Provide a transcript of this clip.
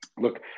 look